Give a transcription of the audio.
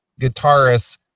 guitarist